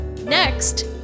next